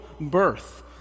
birth